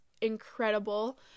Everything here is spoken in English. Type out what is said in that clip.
incredible